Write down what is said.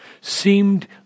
seemed